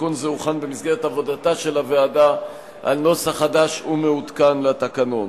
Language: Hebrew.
תיקון זה הוכן במסגרת עבודתה של הוועדה על נוסח חדש ומעודכן לתקנון.